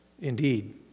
indeed